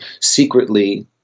secretly